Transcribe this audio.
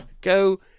go